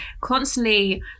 constantly